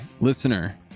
listener